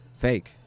fake